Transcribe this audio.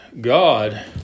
God